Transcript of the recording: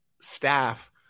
staff